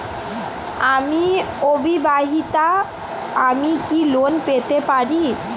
আমি অবিবাহিতা আমি কি লোন পেতে পারি?